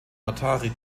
atari